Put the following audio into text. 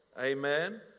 Amen